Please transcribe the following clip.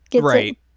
right